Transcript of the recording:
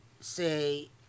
say